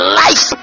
life